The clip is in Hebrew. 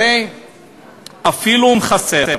הרי אפילו אם חסר,